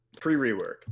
Pre-rework